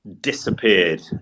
disappeared